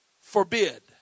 forbid